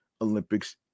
Olympics